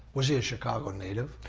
was he a chicago native?